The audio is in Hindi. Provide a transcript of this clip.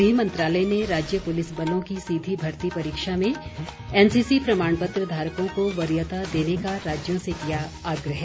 गृह मंत्रालय ने राज्य पुलिस बलों की सीधी भर्ती परीक्षा में एनसीसी प्रमाण पत्र धारकों को वरीयता देने का राज्यों से किया आग्रह